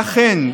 ואכן,